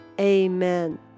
Amen